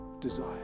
desire